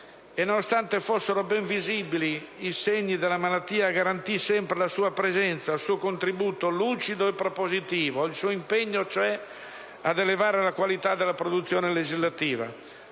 nonostante fossero ben visibili i segni della malattia, garantì sempre la sua presenza, il suo contributo lucido e propositivo ed il suo impegno ad elevare la qualità della produzione legislativa.